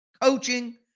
coaching